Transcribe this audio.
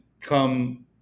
come